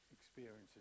experiences